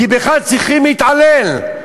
כי בכלל צריכים להתעלל.